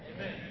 Amen